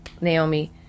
Naomi